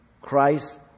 Christ